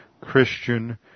Christian